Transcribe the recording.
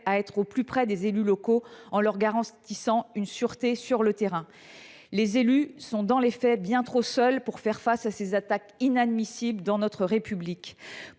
être plus proches d’eux et garantir leur sûreté sur le terrain. Les élus sont, dans les faits, bien trop seuls pour faire face à ces attaques inadmissibles dans notre République.